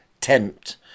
tempt